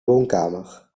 woonkamer